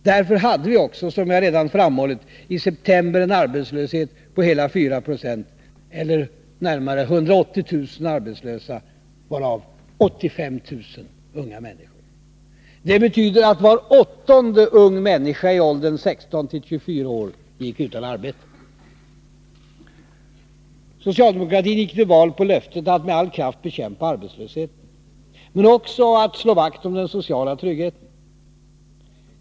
Därför hade vi också, som jag redan framhållit, i september en arbetslöshet på hela 4 96 eller närmare 180 000 arbetslösa, varav 85 000 unga människor. Det betyder att var åttonde ung människa i åldern 16-24 år gick utan arbete. Socialdemokratin gick till val på löftet att med all kraft bekämpa arbetslösheten, men också att slå vakt om den sociala tryggheten.